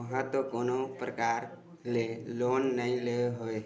ओहा तो कोनो परकार ले लोन नइ ले हवय